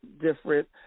different